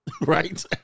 right